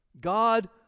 God